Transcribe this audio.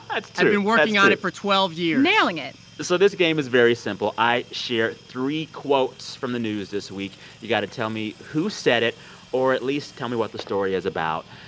that's true i've been working on it for twelve years. nailing it so this game is very simple. i share three quotes from the news this week. you've got to tell me who said it or at least tell me what the story is about.